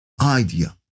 idea